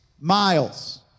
miles